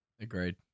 Agreed